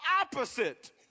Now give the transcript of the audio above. opposite